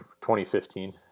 2015